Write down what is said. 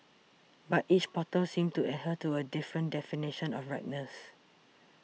but each bottle seemed to adhere to a different definition of ripeness